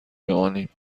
بمانیم